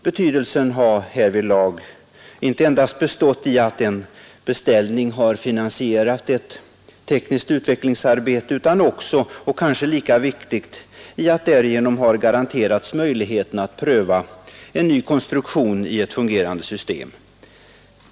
Betydelsen har härvidlag inte endast bestått i att en beställning har finansierat ett tekniskt utvecklingsarbete utan också — vilket kanske är lika viktigt — i att därigenom har garanterats möjligheten att pröva en ny konstruktion i ett fungerande system.